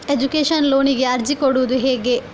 Education ಲೋನಿಗೆ ಅರ್ಜಿ ಕೊಡೂದು ಹೇಗೆ?